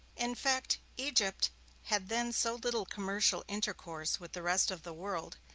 in fact egypt had then so little commercial intercourse with the rest of the world,